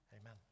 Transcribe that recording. Amen